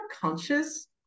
conscious